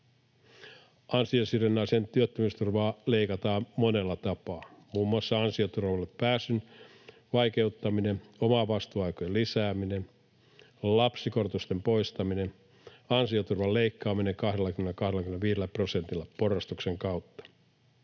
Ansiosidonnaista työttömyysturvaa leikataan monella tapaa, muun muassa ansioturvalle pääsyn vaikeuttaminen, omavastuuaikojen lisääminen, lapsikorotusten poistaminen ja ansioturvan leikkaaminen 20—25 prosentilla porrastuksen kautta.